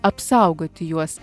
apsaugoti juos